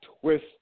twist